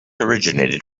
originated